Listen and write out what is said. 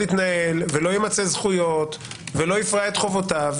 יתנהל ולא ימצה זכויות ולא יפרע את חובותיו.